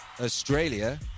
Australia